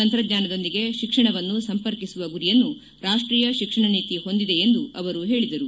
ತಂತ್ರಜ್ಞಾನದೊಂದಿಗೆ ಶಿಕ್ಷಣವನ್ನು ಸಂಪರ್ಕಿಸುವ ಗುರಿಯನ್ನು ರಾಷ್ಷೀಯ ಶಿಕ್ಷಣ ನೀತಿ ಹೊಂದಿದೆ ಎಂದು ಅವರು ಹೇಳಿದರು